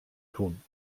tun